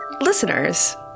listeners